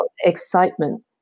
excitement